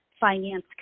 finance